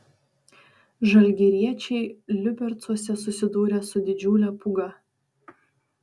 žalgiriečiai liubercuose susidūrė su didžiule pūga